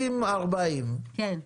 60-40. כן.